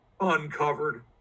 uncovered